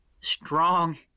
strong